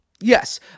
Yes